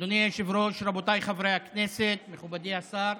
אדוני היושב-ראש, רבותיי חברי הכנסת, מכובדי השר,